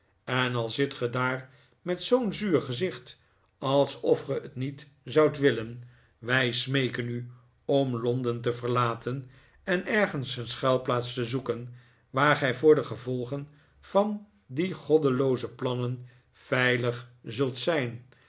en al zit ge daar met zoo'n zuur gezicht alsof ge het niet zoudt willen wij smeeken u om londen te verlaten en ergens een schuilplaats te zoeken waar gij voor de gevolgen van die goddelooze plannen veilig zult zijn